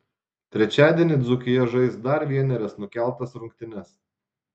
trečiadienį dzūkija žais dar vienerias nukeltas rungtynes